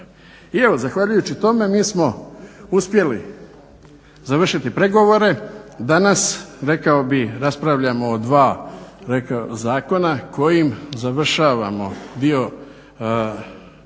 I evo zahvaljujući tome mi smo uspjeli završiti pregovore. Danas rekao bih raspravljamo o dva zakona kojim završavamo dio zakonodavne